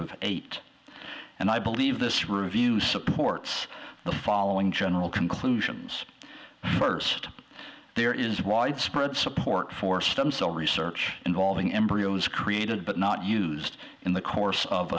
of eight and i believe this reviews supports the following general conclusions first there is widespread support for stem cell research involving embryos created but not used in the course of